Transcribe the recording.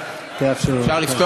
יש לך הצעה לסדר הדיון?